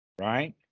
Right